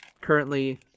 Currently